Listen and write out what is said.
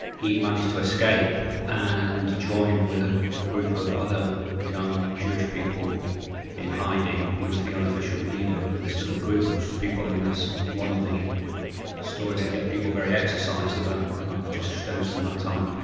he managed to escape and joined with a group of other young jewish people in hiding. he was the unofficial leader of this little group of people, and as one of the stories that get people very exercised about, lakatos stems from that time.